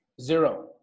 Zero